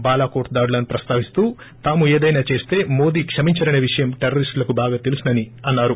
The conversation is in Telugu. బాలాకోట్ దాడులను ప్రస్తావిస్తూ తాము ఏదైనా చేస్త మోదీ క్షమించరసే విషయం టెర్రరిస్టులకు బాగా తెలుసునని అన్నారు